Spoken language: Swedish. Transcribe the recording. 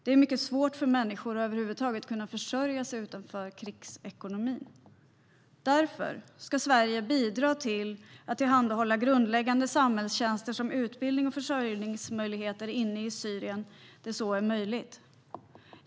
Det är mycket svårt för människor att över huvud taget kunna försörja sig utanför krigsekonomin. Sverige ska därför bidra till att tillhandahålla sådana grundläggande samhällstjänster som utbildning och försörjningsmöjligheter inne i Syrien där så är möjligt.